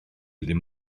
ddim